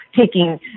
taking